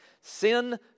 Sin